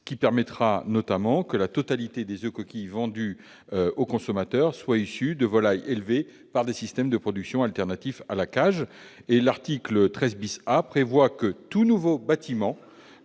Cela permettra notamment que la totalité des oeufs coquilles vendus aux consommateurs soient issus de volailles élevées dans le cadre desdits systèmes de production alternatifs à la cage. À cet effet, l'article 13 A prévoit que tout nouveau bâtiment